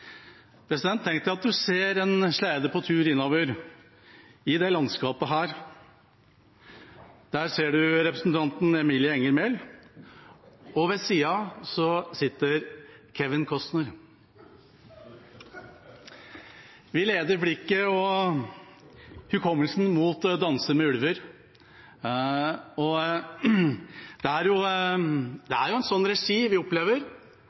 at du ser en slede på tur innover i det landskapet. Der ser du representanten Emilie Enger Mehl, og ved siden av henne sitter Kevin Costner. Vi leder blikket og hukommelsen mot «Danser med ulver». Det er en sånn regi vi opplever.